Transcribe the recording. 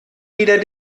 wieder